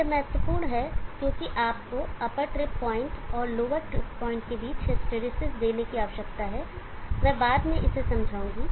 यह महत्वपूर्ण है क्योंकि आपको अपर ट्रिप पॉइंट और लोवर ट्रिप पॉइंट के बीच हिस्टैरिसीस देने की आवश्यकता है मैं बाद में इसे समझाऊंगा